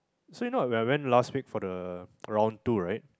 so you know when I went last week for the round two right